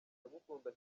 ndagukunda